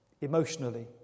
emotionally